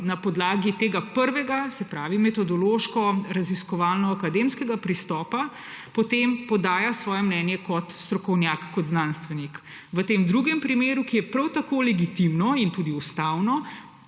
na podlagi tega prvega, se pravi metodološko-raziskovalno-akademskega pristopa, potem podaja svoje mnenje kot strokovnjak, kot znanstvenik. V tem drugem primeru, ki je prav tako legitimno in tudi ustavno,